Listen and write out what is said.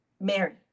Mary